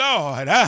Lord